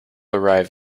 arrive